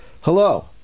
hello